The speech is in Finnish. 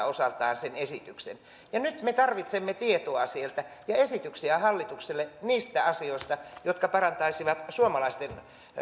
osaltaan sen esityksen ja nyt me tarvitsemme tietoa sieltä ja esityksiä hallitukselle niistä asioista jotka parantaisivat suomalaisten